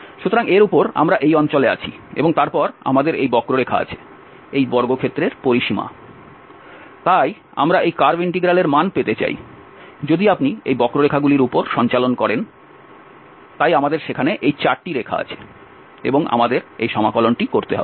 সুতরাং এর উপর আমরা এই অঞ্চলে আছি এবং তারপর আমাদের এই বক্ররেখা আছে এই বর্গক্ষেত্রের পরিসীমা তাই আমরা এই কার্ভ ইন্টিগ্রাল এর মান পেতে চাই যদি আপনি এই বক্ররেখাগুলির উপর সঞ্চালন করেন তাই আমাদের সেখানে এই চারটি রেখা আছে এবং আমাদের এই সমাকলনটি করতে হবে